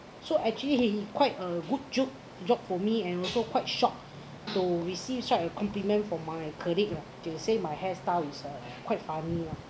so actually he he quite a good joke joke for me and also quite shocked to receive such a compliment from my colleague lah they will say my hair style is uh quite funny ah